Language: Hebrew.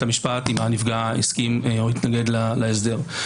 המשפט אם הנפגע הסכים או התנגד להסדר,